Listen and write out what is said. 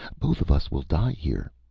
both of us will die here.